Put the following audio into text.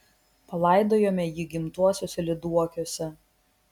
palaidojome jį gimtuosiuose lyduokiuose